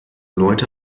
leute